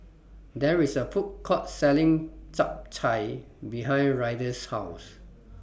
There IS A Food Court Selling Chap Chai behind Ryder's House